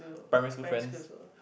primary school friends